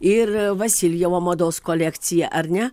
ir vasiljevo mados kolekciją ar ne